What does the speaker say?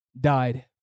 died